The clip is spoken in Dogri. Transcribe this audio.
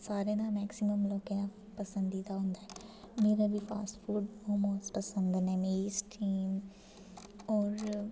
सारें दा मैक्सिमम लोकें दा पसंदीदा होंदा ऐ मेरा बी फॉस्ट फूड मोमोज़ पसंद न मिगी स्टीम होर